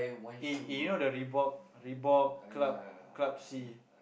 eh eh you know the Reebok Reebok Club Club C